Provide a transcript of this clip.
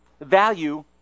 value